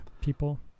people